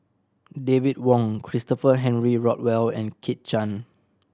David Wong Christopher Henry Rothwell and Kit Chan